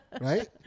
right